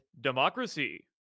democracy